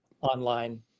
online